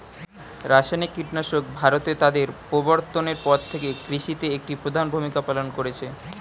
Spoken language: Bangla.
রাসায়নিক কীটনাশক ভারতে তাদের প্রবর্তনের পর থেকে কৃষিতে একটি প্রধান ভূমিকা পালন করেছে